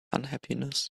unhappiness